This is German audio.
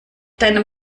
deinem